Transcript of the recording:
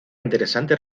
interesante